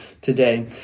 today